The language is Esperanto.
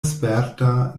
sperta